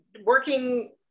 working